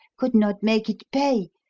could not make it pay,